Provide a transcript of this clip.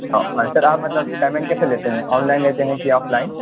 اور سر آپ مطلب پیمنٹ کیسے لیتے ہیں آن لائن لیتے ہیں کہ آف لائن